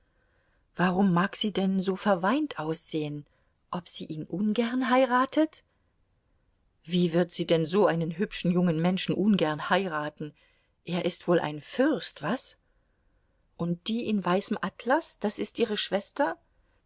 warum mag sie denn so verweint aussehen ob sie ihn ungern heiratet wie wird sie denn so einen hübschen jungen menschen ungern heiraten er ist wohl ein fürst was und die in weißem atlas das ist ihre schwester